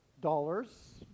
dollars